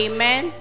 Amen